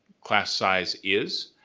class size is.